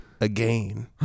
again